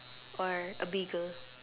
or a beagle